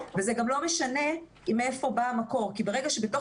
וזה גם לא משנה מאיפה בא המקור כי ברגע שבתוך